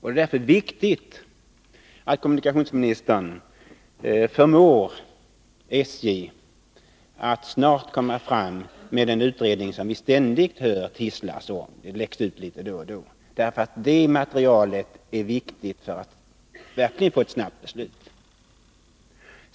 Det är därför viktigt att kommunikationsministern förmår SJ att snart komma fram med den utredning som vi ständigt hör tisslas om — det läcker ut uppgifter litet då och då. Det materialet är viktigt för att vi snabbt skall få ett beslut.